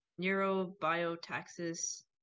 neurobiotaxis